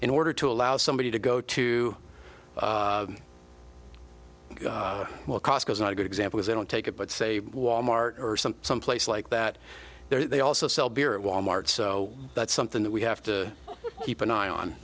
in order to allow somebody to go to well cost is not a good example as they don't take it but say walmart or some someplace like that they also sell beer at wal mart so that's something that we have to keep an eye on